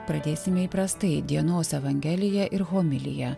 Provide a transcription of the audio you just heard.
pradėsime įprastai dienos evangelija ir homilija